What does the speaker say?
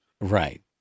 Right